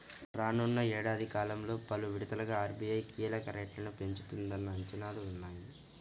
రానున్న ఏడాది కాలంలో పలు విడతలుగా ఆర్.బీ.ఐ కీలక రేట్లను పెంచుతుందన్న అంచనాలు ఉన్నాయి